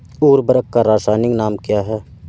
उर्वरक का रासायनिक नाम क्या है?